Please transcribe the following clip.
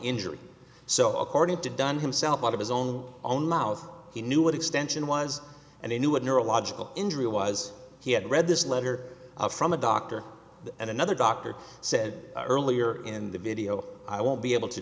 injury so according to dun himself out of his own own louth he knew what extension was and he knew what neurological injury was he had read this letter from a doctor and another doctor said earlier in the video i won't be able to